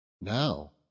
Now